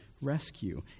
rescue